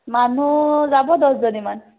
মানুহ যাব দহজনীমান